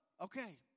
Okay